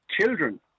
children